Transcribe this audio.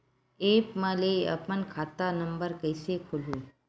App म ले अपन खाता नम्बर कइसे खोलहु?